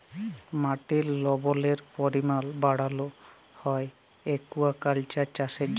মাটির লবলের পরিমাল বাড়ালো হ্যয় একুয়াকালচার চাষের জ্যনহে